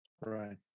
Right